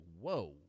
whoa